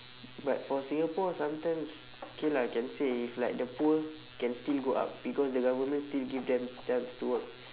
but for singapore sometimes okay lah can say if like the poor can still go up because the government still give them chance to work